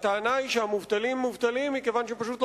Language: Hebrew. הטענה היא שהמובטלים מובטלים מכיוון שהם פשוט לא